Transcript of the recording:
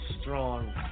strong